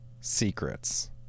secrets